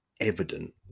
evident